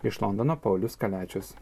iš londono paulius kaliačius